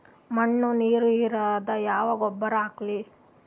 ಮಣ್ಣ ನೀರ ಹೀರಂಗ ಯಾ ಗೊಬ್ಬರ ಹಾಕ್ಲಿ?